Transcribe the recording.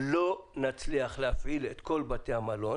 שלא יצליחו להפעיל את כל בתי המלון